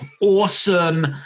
awesome